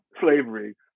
slavery